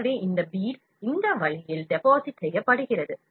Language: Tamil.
எனவே இந்த பீட் இந்த வழியில் டெபாசிட் செய்யப்படுகிறது